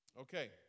Okay